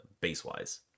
base-wise